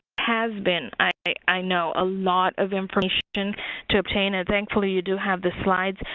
has been, i know, a lot of information to obtain and thankfully you do have the slides.